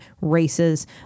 races